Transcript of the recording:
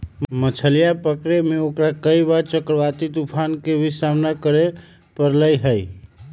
मछलीया पकड़े में ओकरा कई बार चक्रवाती तूफान के भी सामना करे पड़ले है